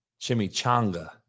chimichanga